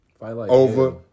over